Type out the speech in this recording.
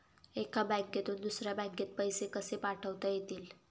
एका बँकेतून दुसऱ्या बँकेत पैसे कसे पाठवता येतील?